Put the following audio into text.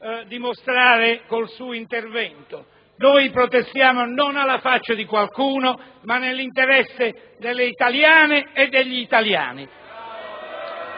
dimostrare con il suo intervento. Noi protestiamo non alla faccia di qualcuno, ma nell'interesse delle italiane e degli italiani.